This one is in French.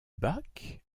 bac